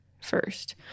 first